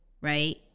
right